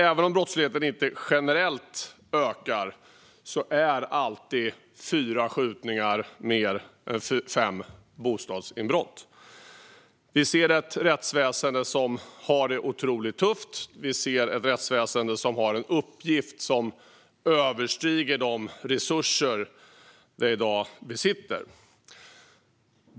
Även om brottsligheten inte ökar generellt är fyra skjutningar alltid mer än fem bostadsinbrott. Vi ser ett rättsväsen som har det otroligt tufft och som har en uppgift som överstiger de resurser det i dag besitter.